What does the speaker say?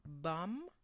Bum